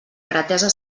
pretesa